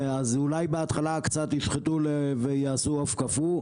אז אולי בהתחלה קצת ישחטו ויעשו עוף קפוא,